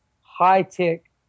high-tech